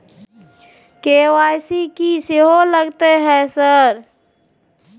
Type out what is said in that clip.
KYC की सेहो लगतै है सर?